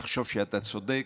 תחשוב שאתה צודק.